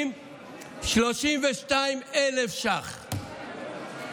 32,000 שקלים,